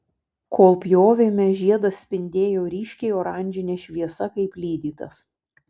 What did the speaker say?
kol pjovėme žiedas spindėjo ryškiai oranžine šviesa kaip lydytas